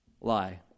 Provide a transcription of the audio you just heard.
lie